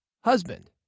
husband